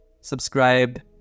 subscribe